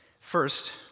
First